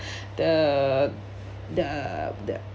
the the the